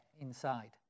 inside